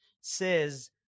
says